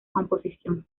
composición